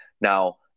Now